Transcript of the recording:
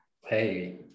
Hey